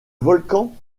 volcan